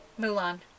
Mulan